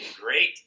great